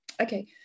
Okay